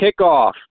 kickoff